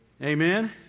Amen